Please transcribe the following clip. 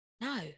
no